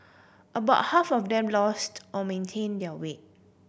about half of them lost or maintain their weight